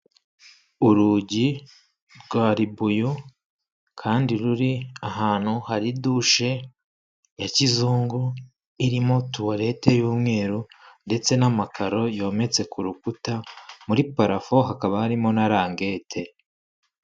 Urugi rwa ribuyu kandi ruri ahantu hari dushe ya kizungu, irimo tuwarete y'umweru ndetse n'amakaro yometse ku rukuta, muri parafo hakaba harimo na rangete.